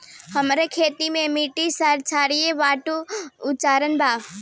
हमर खेत के मिट्टी क्षारीय बा कट्ठा उपचार बा?